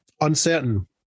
uncertain